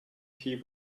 key